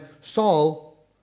Saul